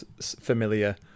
familiar